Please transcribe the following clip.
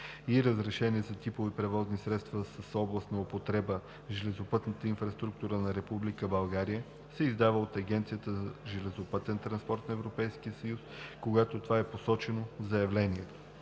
и разрешение за типове превозни средства с област на употреба – железопътната инфраструктура на Република България, се издава от Агенцията за железопътен транспорт на Европейския съюз, когато това е посочено в заявлението.